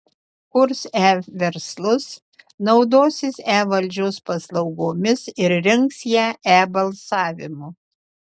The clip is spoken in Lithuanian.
kurs e verslus naudosis e valdžios paslaugomis ir rinks ją e balsavimu